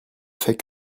fait